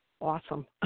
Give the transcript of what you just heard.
awesome